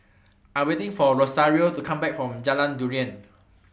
I Am waiting For Rosario to Come Back from Jalan Durian